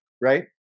right